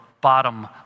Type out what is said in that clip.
bottom